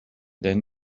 denn